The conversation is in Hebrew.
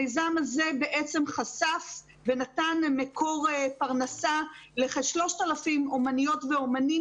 המיזם הזה חשף ונתן מקור פרנסה לכ-3,000 אומניות ואומנים,